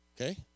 Okay